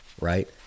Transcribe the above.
right